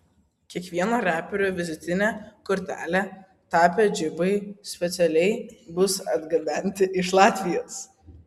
kiekvieno reperio vizitine kortele tapę džipai specialiai bus atgabenti iš latvijos